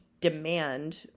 demand